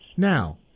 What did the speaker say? Now